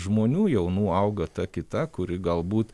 žmonių jaunų auga ta kita kuri galbūt